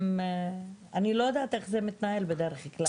כי אני לא יודעת איך זה מתנהל בדרך כלל